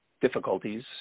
difficulties